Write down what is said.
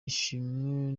ishimwe